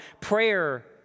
prayer